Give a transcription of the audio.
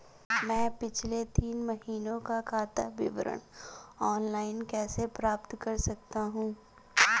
मैं पिछले तीन महीनों का खाता विवरण ऑनलाइन कैसे प्राप्त कर सकता हूं?